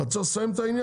אז צריך לסיים את העניין,